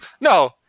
No